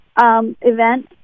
event